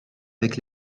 avec